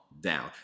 down